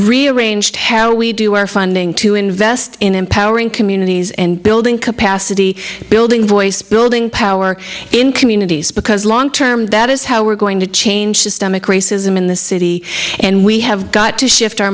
rearrange how we do our funding to invest in empowering communities and building capacity building voice building power in communities because long term that is how we're going to change the stomach racism in the city and we have got to shift our